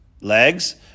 legs